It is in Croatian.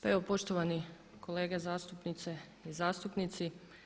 Pa evo poštovani kolege zastupnice i zastupnici.